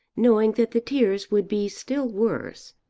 knowing that the tears would be still worse.